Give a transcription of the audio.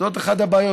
זאת אחת הבעיות,